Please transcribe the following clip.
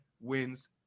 wins